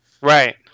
Right